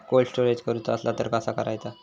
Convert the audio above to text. Cold storage करूचा असला तर कसा करायचा?